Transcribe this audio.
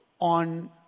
on